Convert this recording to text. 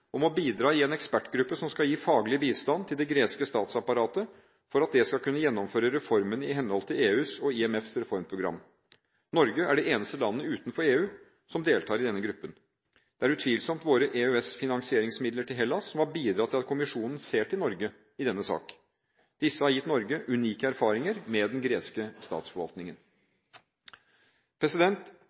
om å bidra i en ekspertgruppe som skal gi faglig bistand til det greske statsapparatet for at det skal kunne gjennomføre reformene i henhold til EUs og IMFs reformprogram. Norge er det eneste landet utenfor EU som deltar i denne gruppen. Det er utvilsomt våre EØS-finansieringsmidler til Hellas som har bidratt til at kommisjonen ser til Norge i denne saken. Disse har gitt Norge unike erfaringer med den greske statsforvaltningen.